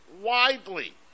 widely